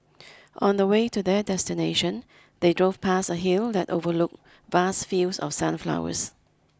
on the way to their destination they drove past a hill that overlooked vast fields of sunflowers